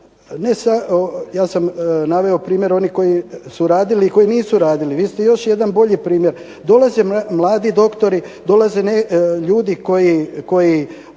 ja sam naveo primjer onih koji su radili i koji nisu radili, vi ste još jedan bolji primjer. Dolaze mladi doktori, dolaze ljudi koji